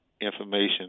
information